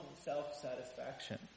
self-satisfaction